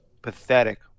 pathetic